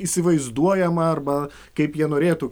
įsivaizduojamą arba kaip jie norėtų